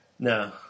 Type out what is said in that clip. No